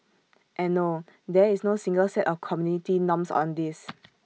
and no there is no single set of community norms on this